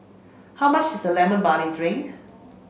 how much is the lemon barley drink